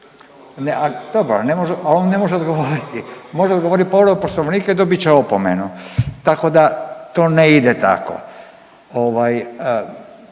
može, on ne može odgovoriti, može odgovorit povredu poslovnika i dobit će opomenu, tako da to ne ide tako. Ovaj